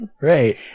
Right